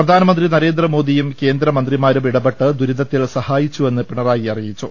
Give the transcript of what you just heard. പ്രധാനമന്ത്രി നരേന്ദ്രമോദിയും കേന്ദ്രമന്ത്രിമാരും ഇടപെട്ട് ദുരിതത്തിൽ സഹായിച്ചു എന്ന് പിണറായി അറിയിച്ചു